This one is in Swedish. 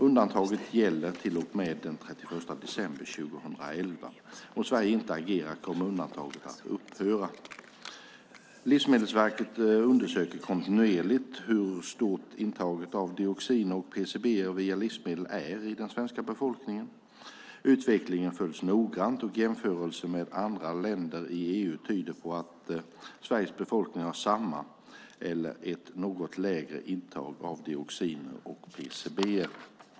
Undantaget gäller till och med den 31 december 2011. Om Sverige inte agerar kommer undantaget att upphöra. Livsmedelsverket undersöker kontinuerligt hur stort intaget av dioxiner och PCB:er via livsmedel är hos den svenska befolkningen. Utvecklingen följs noggrant, och jämförelser med andra länder i EU tyder på att Sveriges befolkning har samma eller ett något lägre intag av dioxiner och PCB:er.